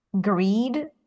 greed